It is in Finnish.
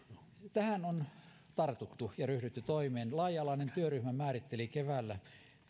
tähän on tartuttu ja ryhdytty toimeen laaja alainen työryhmä määritteli keväällä